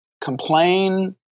complain